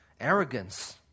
arrogance